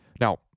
Now